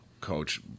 coach